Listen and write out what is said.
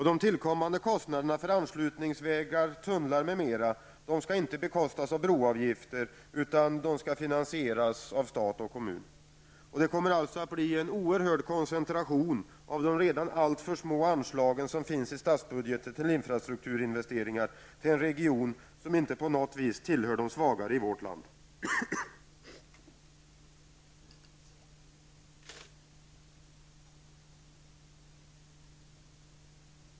De tillkommande kostnaderna för anslutningsvägar, tunnlar m.m. skall inte bekostas av broavgifter, utan finansieras av stat och kommun. Det kommer alltså att bli en oerhörd koncentration av de redan alltför små anslag som finns i statsbudgeten till infrastrukturinvesteringar till en region som inte på något vis tillhör de svagare i vårt land.